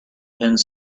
pins